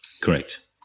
Correct